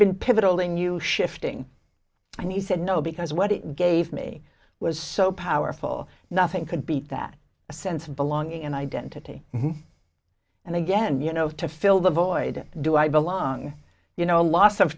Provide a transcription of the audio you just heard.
been pivotal in you shifting and he said no because what it gave me was so powerful nothing could beat that a sense of belonging and identity and again you know to fill the void do i belong you know a loss of